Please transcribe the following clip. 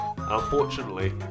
Unfortunately